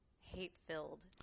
hate-filled